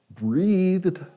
breathed